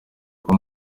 kuba